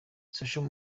social